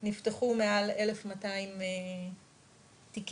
נפתחו מעל 1200 תיקים.